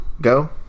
go